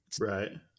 Right